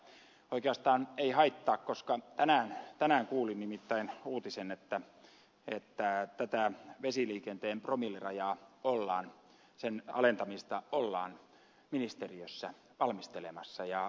mutta oikeastaan ei haittaa koska tänään kuulin nimittäin uutisen että tätä vesiliikenteen promillerajan alentamista ollaan ministeriössä valmistelemassa